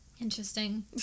Interesting